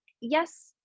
yes